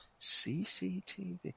CCTV